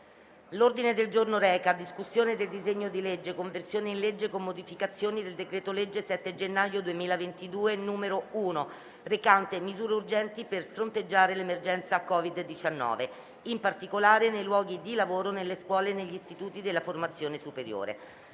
in sede di esame del provvedimento recante «Conversione in legge con modificazioni del decreto-legge 7 gennaio 2022, n. 1, recante misure urgenti per fronteggiare l'emergenza COVID-19, in particolare nei luoghi di lavoro, nelle scuole e negli istituti della formazione superiore»;